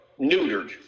neutered